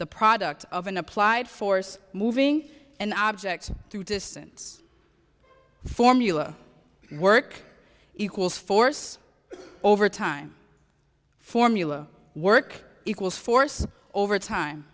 the product of an applied force moving an object through distance formula work equals force over time formula work equals force over time